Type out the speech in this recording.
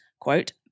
quote